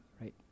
right